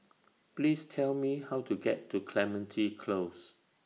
Please Tell Me How to get to Clementi Close